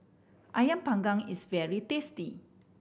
Ayam Panggang is very tasty